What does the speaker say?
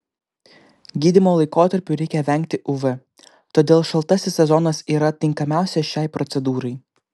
gydymo laikotarpiu reikia vengti uv todėl šaltasis sezonas yra tinkamiausias šiai procedūrai